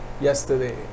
yesterday